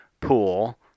pool